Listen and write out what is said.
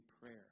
prayer